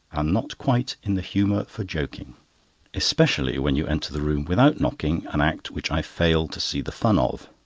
and not quite in the humour for joking especially when you enter the room without knocking, an act which i fail to see the fun of.